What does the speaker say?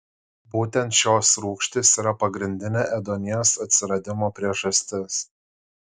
būtent šios rūgštys yra pagrindinė ėduonies atsiradimo priežastis